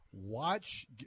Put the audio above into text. watch